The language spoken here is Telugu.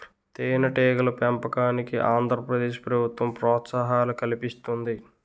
తేనెటీగల పెంపకానికి ఆంధ్ర ప్రదేశ్ ప్రభుత్వం ప్రోత్సాహకాలు కల్పిస్తుంది